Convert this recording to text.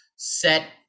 set